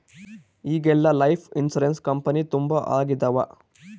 ಈಗೆಲ್ಲಾ life insurance company ತುಂಬಾ ಆಗಿದವ